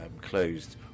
closed